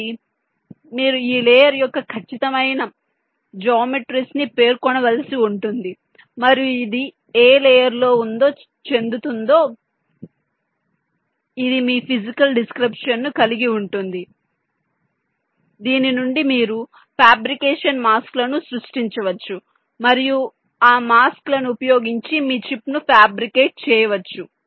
కాబట్టి మీరు ఈ లేయర్ యొక్క ఖచ్చితమైన జ్యామితిని పేర్కొనవలసి ఉంటుంది మరియు ఇది ఏ లేయర్ లో వుందో చెందుతుంది అది మీ ఫిజికల్ డిస్క్రిప్షన్ ను కలిగి ఉంటుంది దీని నుండి మీరు ఫాబ్రికేషన్ మాస్క్ లను సృష్టించవచ్చు మరియు మీరు ఆ మాస్క్ లను ఉపయోగించి మీ చిప్ను ఫాబ్రికేట్ చేయడానికి వెళ్ళవచ్చు